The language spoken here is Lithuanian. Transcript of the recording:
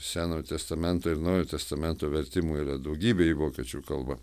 senojo testamento ir naujojo testamento vertimų yra daugybė į vokiečių kalbą